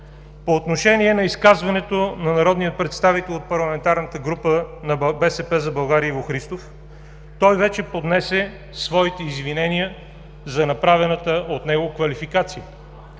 По отношение на изказването на народния представител от парламентарната група на „БСП за България“ Иво Христов, той вече поднесе своите извинения за направената от него квалификация.